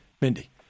Mindy